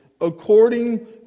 according